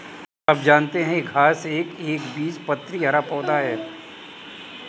क्या आप जानते है घांस एक एकबीजपत्री हरा पौधा है?